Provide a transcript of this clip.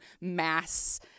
mass